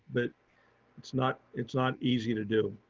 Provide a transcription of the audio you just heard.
but it's not, it's not easy to do.